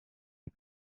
des